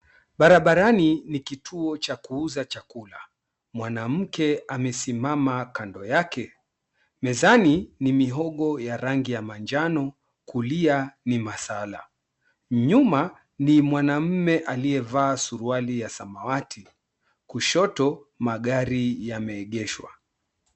Barabarani ni kituo cha kuuza chakula, mwanamke amesimama kando yake, mezani ni mihogo ya rangi ya manjano, kulia ni masala, nyuma ni mwanaume aliyevaa suruali ya samawati, kushoto magari yameegeshwa.